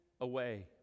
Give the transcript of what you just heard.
away